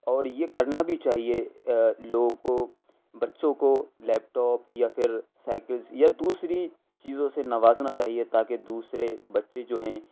اور یہ کرنا بھی چاہیے لوگ کو بچوں کو لیپ ٹاپ یا پھر سائیکلس یا دوسری چیزوں سے نوازنا چاہیے تا کہ دوسرے بچّے جو ہیں